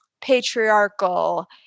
patriarchal